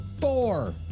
Four